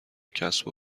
کسب